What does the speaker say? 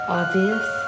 obvious